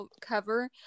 cover